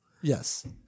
Yes